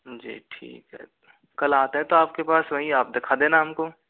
जी ठीक है कल आते हैं तो आपके पास वहीं आप दिखा देना हमको